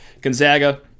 Gonzaga